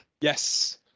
yes